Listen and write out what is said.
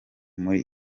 muri